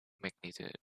magnitude